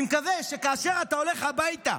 אני מקווה שכאשר אתה הולך הביתה,